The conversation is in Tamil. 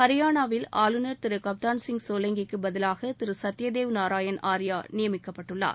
ஹரியானாவில் ஆளுநர் திரு கப்தான் சிங் சோலன்கி க்கு பதிலாக திரு சத்தியதேவ் நாராயண் ஆர்யா நியமிக்கப்பட்டுள்ளார்